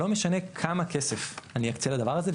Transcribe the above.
שלא משנה כמה כסף אני אקצה לדבר הזה,